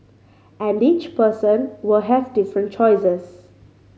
and each person will have different choices